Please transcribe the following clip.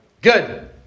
Good